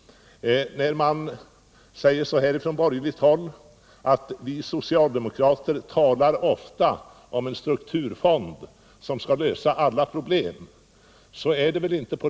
Från borgerligt håll säger man att vi socialdemokrater ofta talar om en strukturfond som skall lösa alla problem.